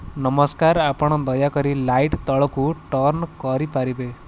ନମସ୍କାର ଆପଣ ଦୟାକରି ଲାଇଟ୍ ତଳକୁ ଟର୍ଣ୍ଣ କରିପାରିବେ